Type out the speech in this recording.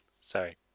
Sorry